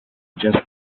just